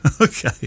okay